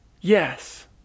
Yes